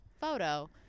photo